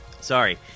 sorry